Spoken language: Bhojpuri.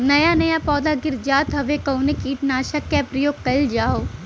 नया नया पौधा गिर जात हव कवने कीट नाशक क प्रयोग कइल जाव?